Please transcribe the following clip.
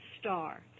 star